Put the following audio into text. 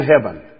heaven